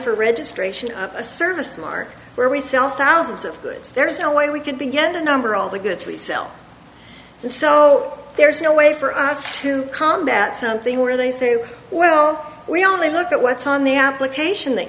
for registration a service mark where we sell thousands of goods there is no way we can begin to number all the goods we sell and so there is no way for us to combat something where they say well we only look at what's on the application that